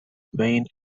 vane